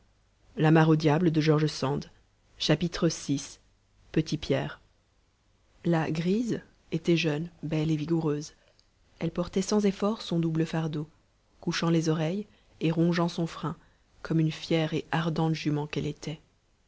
vi petit pierre la grise était jeune belle et vigoureuse elle portait sans effort son double fardeau couchant les oreilles et rongeant son frein comme une fière et ardente jument qu'elle était